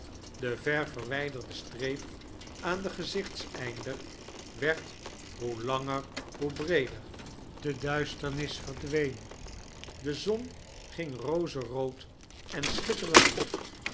de ver verwijderde stineep aan den giezichteimdeir werd hoe langer hoe breeder de duisternis verdween de zon ging rozerood en schitterend op